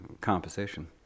composition